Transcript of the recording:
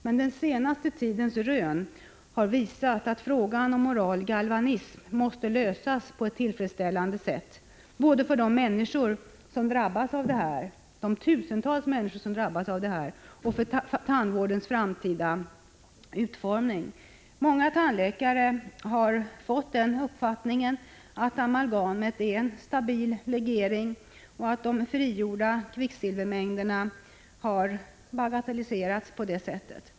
Men den senaste tidens rön har visat att frågan om oral galvanism måste lösas på ett tillfredsställande sätt både när det gäller de tusentals människor som har drabbats och med avseende på tandvårdens framtida utformning. Många tandläkare har fått uppfattningen att amalgam är en stabil legering, och på det sättet har de frigjorda kvicksilvermängderna bagatelliserats.